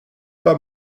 pas